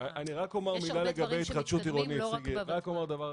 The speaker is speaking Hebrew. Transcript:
------ אני רק אומר מילה לגבי התחדשות עירונית תראו,